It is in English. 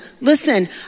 Listen